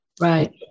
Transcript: Right